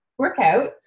workouts